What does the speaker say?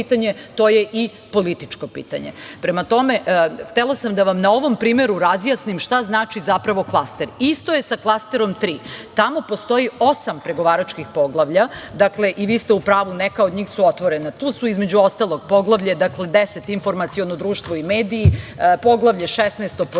to je i političko pitanje. Prema tome, htela sam da vam na ovom primeru razjasnim šta znači zapravo klaster. Isto je i sa klasterom tri. Tamo postoji osam pregovaračkih poglavlja. Vi ste u pravu, neka od njih su otvorena. Tu su, između ostalog, Poglavlje 10 – informaciono društvo i mediji, Poglavlje 16 –